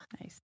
Nice